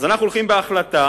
אז אנחנו הולכים בהחלטה